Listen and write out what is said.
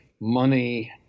money